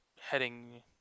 heading